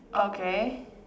okay